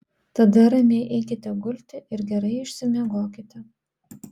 tada ramiai eikite gulti ir gerai išsimiegokite